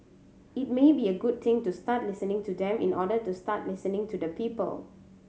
it may be a good thing to start listening to them in order to start listening to the people